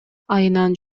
айынан